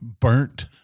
burnt